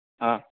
हा